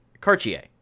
Cartier